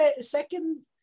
second